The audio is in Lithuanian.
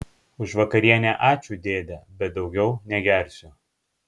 už vakarienę ačiū dėde bet daugiau negersiu